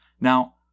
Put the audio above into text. Now